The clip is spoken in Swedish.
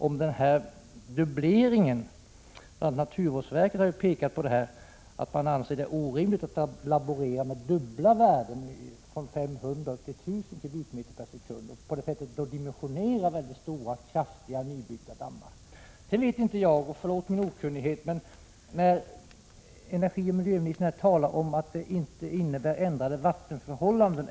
Bl. a. naturvårdsverket har framfört att man anser det orimligt att laborera med dubbla värden och utifrån den utgångspunkten dimensionera väldigt kraftiga nybyggda dammar. Energioch miljöministern talar om att det inte innebär ändrade vattenförhållanden.